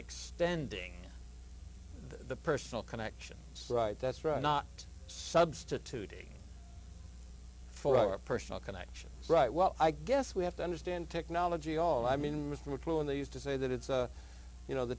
extending the personal connection right that's right not substitute for a personal connection right well i guess we have to understand technology all i mean with mcluhan they used to say that it's you know the